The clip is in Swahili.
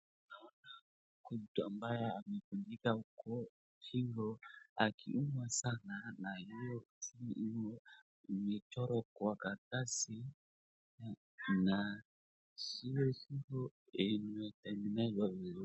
Naona mtu ambaye amevunjika huku shingo akiumwa sana na hiyo shingo imechorwa kwa karatasi na hiyo shingo imetengenezwa vizuri.